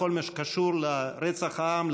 בכל מה שקשור לרצח העם,